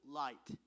light